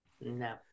No